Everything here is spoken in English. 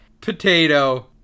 potato